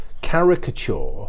caricature